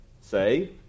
Say